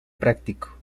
práctico